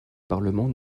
parlement